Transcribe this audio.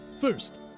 First